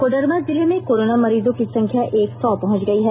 कोडरमा जिले में कोरोना मरीजो की संख्याएक सौ पहुंच गयी है